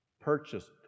purchased